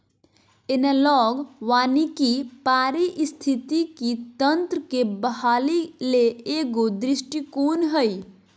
analogue वानिकी पारिस्थितिकी तंत्र के बहाली ले एगो दृष्टिकोण हइ